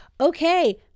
Okay